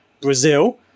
Brazil